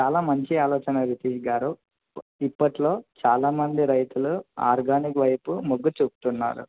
చాలా మంచి ఆలోచనవి తీ గారు ఇప్పట్లో చాలామంది రైతులు ఆర్గానిక్ వైపు మోగ్గు చూపుతున్నారు